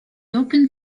opened